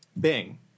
Bing